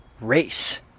race